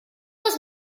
was